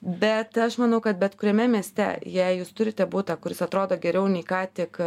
bet aš manau kad bet kuriame mieste jei jūs turite butą kuris atrodo geriau nei ką tik